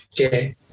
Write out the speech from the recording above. Okay